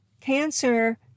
cancer